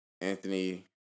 Anthony